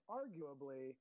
arguably